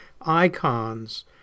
ICONS